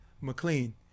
McLean